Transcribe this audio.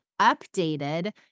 updated